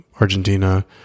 Argentina